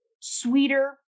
sweeter